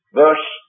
verse